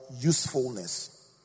usefulness